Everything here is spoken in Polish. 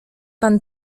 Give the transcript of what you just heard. pan